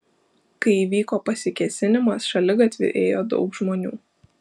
kai įvyko pasikėsinimas šaligatviu ėjo daug žmonių